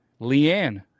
Leanne